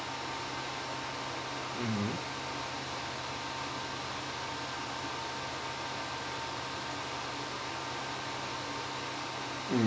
mmhmm